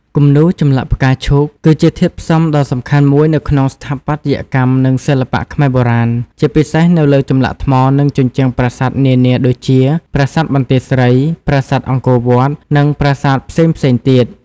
គំនូរចម្លាក់ផ្កាឈូក គឺជាធាតុផ្សំដ៏សំខាន់មួយនៅក្នុងស្ថាបត្យកម្ម និងសិល្បៈខ្មែរបុរាណ ជាពិសេសនៅលើចម្លាក់ថ្ម និងជញ្ជាំងប្រាសាទនានាដូចជា ប្រាសាទបន្ទាយស្រី ប្រាសាទអង្គរវត្ត និងប្រាសាទផ្សេងៗទៀត។